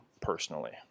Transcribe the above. personally